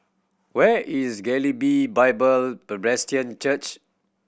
where is Galilee Bible Presbyterian Church